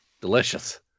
Delicious